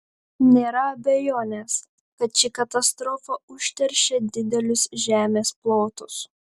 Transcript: nėra abejonės kad ši katastrofa užteršė didelius žemės plotus